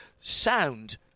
sound